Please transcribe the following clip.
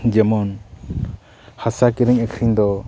ᱡᱮᱢᱚᱱ ᱦᱟᱥᱟ ᱠᱤᱨᱤᱧ ᱟᱹᱠᱷᱨᱤᱧ ᱫᱚ